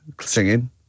singing